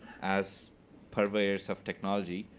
as purveyors of technology,